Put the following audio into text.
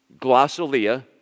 Glossolia